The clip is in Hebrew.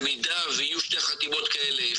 אם יהיו שתי חתימות כאלה,